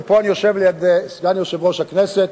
ואני יושב ליד סגן יושב-ראש הכנסת,